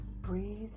Breathe